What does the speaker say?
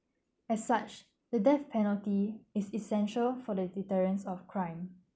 as such the death penalty is essential for the deterrence of crime